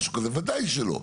וודאי שלא.